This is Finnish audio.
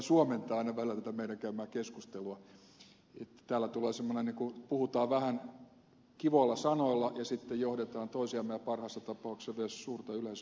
kun suomentaa aina välillä tätä meidän käymäämme keskustelua niin täällä puhutaan vähän kivoilla sanoilla ja sitten johdetaan toisiamme ja parhaassa tapauksessa vielä suurta yleisöä harhaan